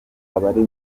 abari